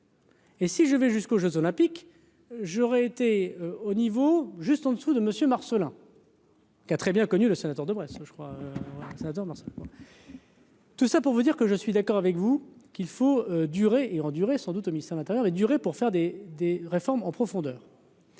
Et si je vais jusqu'aux Jeux olympiques, j'aurais été au niveau juste en dessous de monsieur Marcelin. Qui a très bien connu, le sénateur de Brest, je crois, c'est la tendance quoi. Tout ça pour vous dire que je suis d'accord avec vous qu'il faut durer et endurer sans doute au ministère, l'intérieur et durer pour faire des des réformes en profondeur.